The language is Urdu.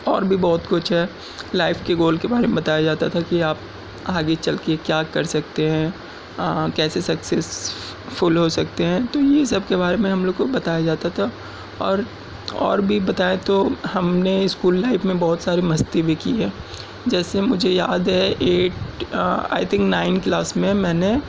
اور بھی بہت کچھ ہے لائف کی گول کے بارے میں بتایا جاتا تھا کہ آپ آگے چل کے کیا کر سکتے ہیں کیسے سکسسفل ہو سکتے ہیں تو یہ سب کے بارے میں ہم لوگ کو بتایا جاتا تھا اور اور بھی بتائیں تو ہم نے اسکول لائف میں بہت سارے مستی بھی کی ہے جیسے مجھے یاد ہے eight I think nine class میں میں نے